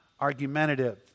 argumentative